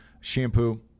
shampoo